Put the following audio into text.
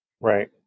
Right